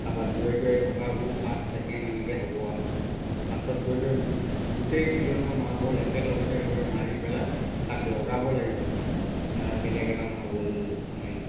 তাৰপৰা দুৰে দুৰে থকাবোৰ ফাৰ্ষ্ট ছেকেণ্ড এনেকৈ হ'ব আৰু পাছত গৈ থৈ গোটেইকেইজনৰ মাৰ্বল একেলগতে লৈ মাৰি পেলাই তাক লগাব লাগিব বেলেগ এটা মাৰ্বল মাৰি